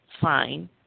fine